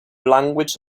language